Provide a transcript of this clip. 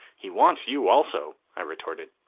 he wants you, also, i retorted.